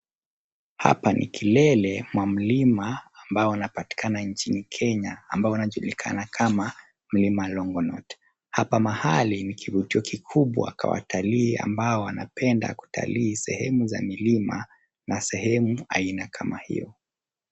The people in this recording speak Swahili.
Hapa ni kilele mwa mlima ambao unapatikana nchini Kenya ambao unajulikana kama Mlima Longonot. Hapa ni mahali ni kivuto kikubwa cha watalii ambao wanapenda kutalii sehemu za milima na sehemu aina kama hiyo.